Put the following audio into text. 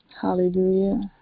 Hallelujah